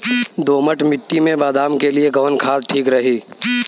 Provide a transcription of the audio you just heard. दोमट मिट्टी मे बादाम के लिए कवन खाद ठीक रही?